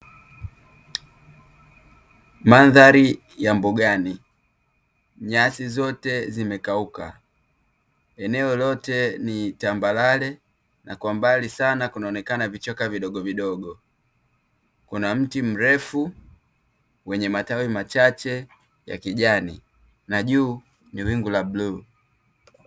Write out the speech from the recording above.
Mandhari ya mbugani, nyasi zote zimekauka, aneo lote ni tambarale na kwa mbali sana kunaonekana vichaka vidogo vidogo, kuna mti mrefu wenye matawi machache ya kijani na juu ni wingu la bluu.